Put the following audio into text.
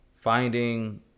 Finding